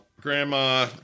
grandma